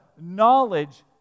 knowledge